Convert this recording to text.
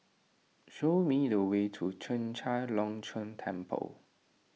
show me the way to Chek Chai Long Chuen Temple